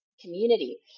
community